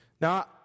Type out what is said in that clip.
Now